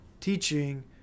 teaching